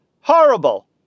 horrible